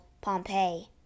Pompeii